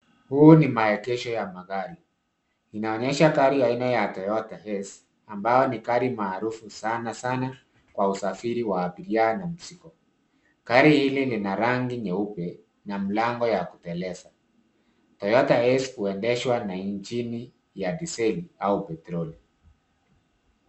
Huu ni maegesho ya magari. Inaonyesha gari aina ya Toyota Hiace ambayo ni gari maarufu sanasana kwa usafiri wa abiria na mizigo. Gari hili lina rangi nyeupe na mlango ya kuteleza. Toyota Hiace huendeshwa na injini ya diseli au petroli.